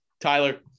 Tyler